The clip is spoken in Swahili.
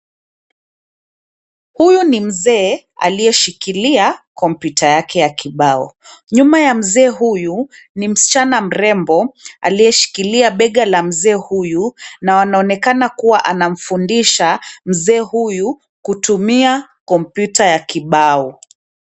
Huyu ni mzee aliyeshikilia kompyuta yake ya kibao. Nyuma ya mzee huyu, ni msichana mrembo aliyeshikilia bega la mzee huyu na anaonekana kuwa anamfundisha mzee huyu kutumia kompyuta ya kibao.